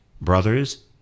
Brothers